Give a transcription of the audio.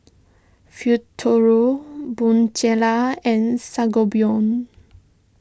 Futuro Bonjela and Sangobion